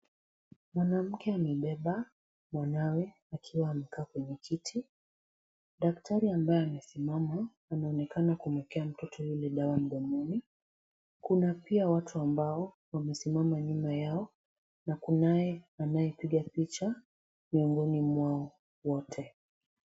Mwanamke amebeba mwanawe akiwa amekaa kwenye kiti. Daktari ambaye amesimama, anaonekana kumuekea mtoto yule dawa mdomoni. Kuna pia watu ambao wamesimama nyuma yao na kunaye anayepiga picha miongoni mwao wote.